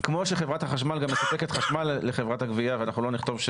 כמו שחברת החשמל גם מספקת חשמל לחברת הגבייה ואנחנו לא נכתוב,